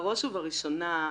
בראש ובראשונה,